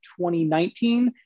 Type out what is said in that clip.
2019